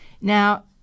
Now